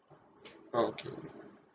oh okay